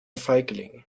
feigling